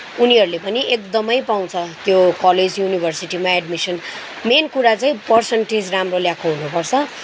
उनीहरूले पनि एकदमै पाउँछ त्यो कलेज युनिभर्सिटीमा एडमिसन मेन कुरा चाहिँ पर्सेन्टेज राम्रो ल्याएको हुनपर्छ